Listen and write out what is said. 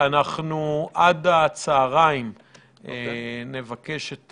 עד הצוהריים נבקש את